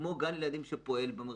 כמו גן ילדים שפועל.